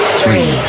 three